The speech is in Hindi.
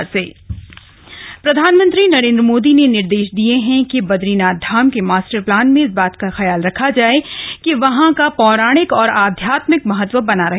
पीएम बदरीनाथ केदारनाथ प्रधानमंत्री नरेंद्र मोदी ने निर्देश दिये हैं कि बदरीनाथ धाम के मास्टर प्लान में इस बात का विशेष ध्यान रखा जाए कि वहां का पौराणिक और आध्यात्मिक महत्व बना रहे